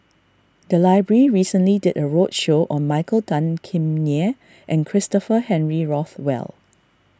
the library recently did a roadshow on Michael Tan Kim Nei and Christopher Henry Rothwell